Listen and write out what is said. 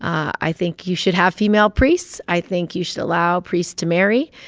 i think you should have female priests. i think you should allow priests to marry.